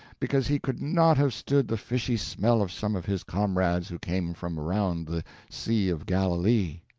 because he could not have stood the fishy smell of some of his comrades who came from around the sea of galilee.